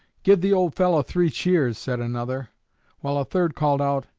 give the old fellow three cheers said another while a third called out,